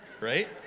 right